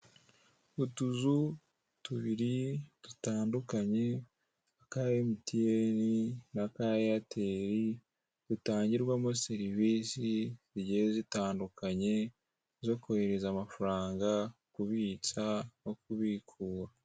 Utuzu tubiri dutandukanye aka MTN n'aka Airtel zitangirwamo serivisi zigiye zitandukanye zo kohereza amafaranga, kubitsa no kubiku.